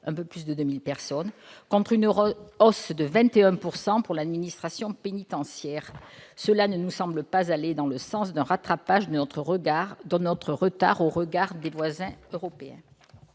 un peu plus de 2 000 personnes, contre une hausse de 21 % pour l'administration pénitentiaire. Cela ne nous semble pas aller dans le sens d'un rattrapage de notre retard au regard de nos voisins européens.